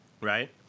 Right